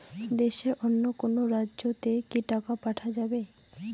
দেশের অন্য কোনো রাজ্য তে কি টাকা পাঠা যাবে?